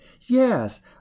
Yes